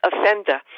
offender